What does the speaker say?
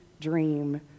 dream